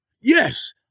Yes